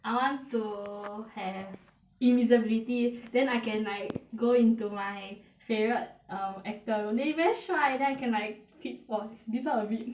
I want to have invisibility then I can like go into my favourite um actor they very 帅 then I can like peek !wah! this [one] a bit